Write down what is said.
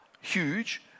huge